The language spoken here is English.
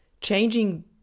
changing